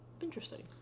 Interesting